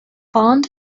bond